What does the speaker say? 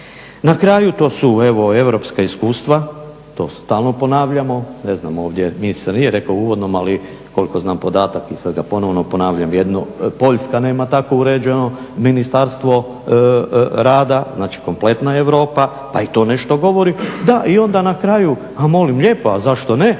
Na kraju to su europska iskustva, to stalno ponavljamo, ne znam ovdje nije se reklo u uvodnom ali koliko znam podatak i sada ga ponovno ponavljam Poljska nema tako uređeno ministarstvo rada znači kompletna Europa pa i to nešto govori. Da, onda nakraju molim lijepo a zašto ne